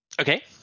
Okay